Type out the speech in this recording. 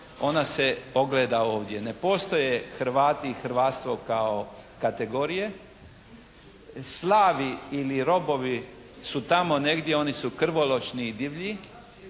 ona se ogleda ovdje. Ne postoje Hrvati i hrvatstvo kao kategorije. Slavi ili robovi su tamo negdje, oni su krvoločni i divlji